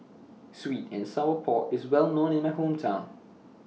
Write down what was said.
Sweet and Sour Pork IS Well known in My Hometown